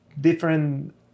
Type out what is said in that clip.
different